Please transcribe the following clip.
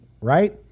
right